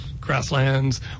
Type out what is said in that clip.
Grasslands